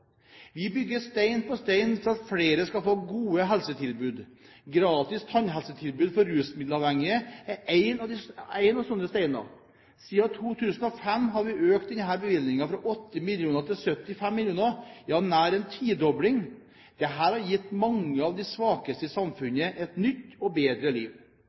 Vi bygger stein på stein for at flere skal få gode helsetilbud. Gratis tannhelsetilbud til rusmiddelavhengige er en av mange slike steiner. Siden 2005 har vi økt denne bevilgningen fra 8 mill. til 75 mill. kr – nær en tidobling. Dette har gitt mange av de svakeste i samfunnet et nytt og bedre liv.